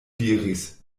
diris